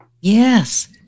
Yes